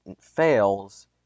fails